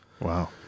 Wow